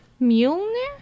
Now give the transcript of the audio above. Mjolnir